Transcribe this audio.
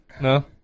No